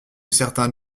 certains